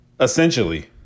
Essentially